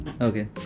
Okay